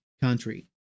country